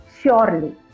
surely